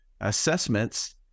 assessments